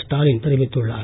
ஸ்டாலின் தெரிவித்துள்ளார்